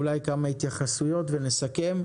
ואולי כמה התייחסויות ונסכם.